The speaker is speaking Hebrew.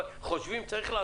אבל לחשוב צריך.